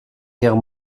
guerre